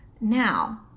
Now